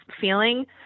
feeling